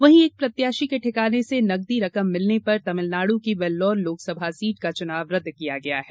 वहीं एक प्रत्याषी के ठिकाने से नकदी रकम मिलने पर तमिलनाडु की वेल्लोर लोकसभा सीट का चुनाव रद्द किया गया है